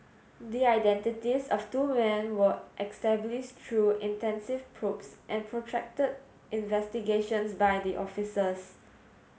the identities of two men were established through intensive probes and protracted investigations by the officers